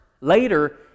later